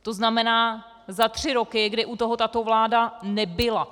To znamená, za tři roky, kdy u toho tato vláda nebyla.